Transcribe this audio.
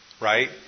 right